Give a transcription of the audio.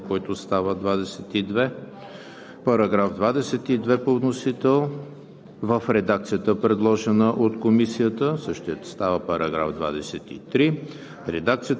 текста на вносителя за § 20, който става § 21, с предложението на заместване в текста, направен от Комисията; текста на вносителя за § 21, който става §